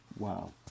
Wow